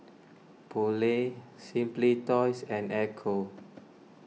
Poulet Simply Toys and Ecco